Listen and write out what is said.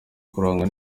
kurangwa